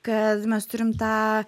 kad mes turim tą